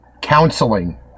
counseling